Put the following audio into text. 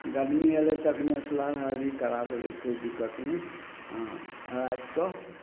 गरमी अएलै तऽ तखने अस्नान आओर भी करा देबै कोइ दिक्कत नहि हँ रातिके